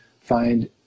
find